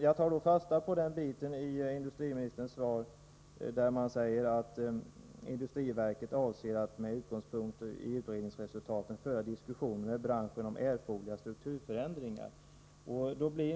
Jag tar fasta på det uttalande i industriministerns frågesvar där det framhålls att industriverket avser att med utgångspunkt i utredningsresulta ten föra diskussioner med branschen om erforderliga strukturförändringar.